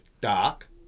Dark